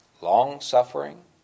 long-suffering